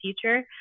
future